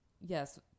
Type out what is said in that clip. yes